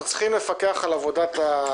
זה שלא צריך להקים ועדות בכלל זו דעתי,